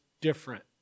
different